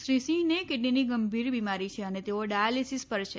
શ્રી સિંહને કીડનીની ગંભીર બીમારી છે અને તેઓ ડાયાલીસીસ પર છે